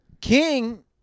King